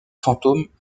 fantômes